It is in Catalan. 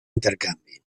intercanvi